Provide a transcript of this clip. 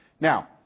Now